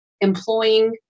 employing